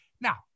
Now